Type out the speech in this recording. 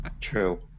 True